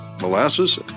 molasses